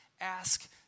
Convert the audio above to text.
ask